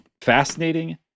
fascinating